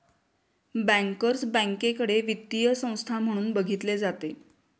bankers बँकेकडे वित्तीय संस्था म्हणून बघितले जाते